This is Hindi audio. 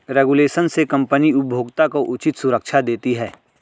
रेगुलेशन से कंपनी उपभोक्ता को उचित सुरक्षा देती है